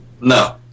No